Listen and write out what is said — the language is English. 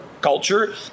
culture